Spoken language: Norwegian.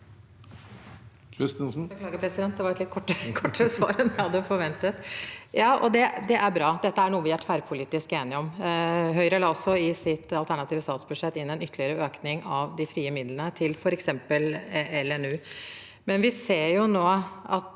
Det var et litt kort- ere svar enn jeg hadde forventet. Det er bra. Dette er noe vi tverrpolitisk er enige om. Høyre la i sitt alternative statsbudsjett også inn en ytterligere økning av de frie midlene til f.eks. LNU, men vi ser nå at